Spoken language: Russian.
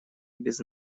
без